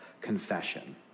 confession